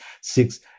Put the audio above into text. six